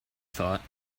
thought